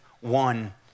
one